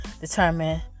determine